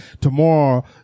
tomorrow